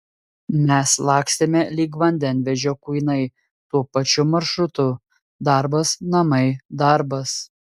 mes lakstėme lyg vandenvežio kuinai tuo pačiu maršrutu darbas namai darbas